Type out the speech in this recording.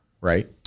right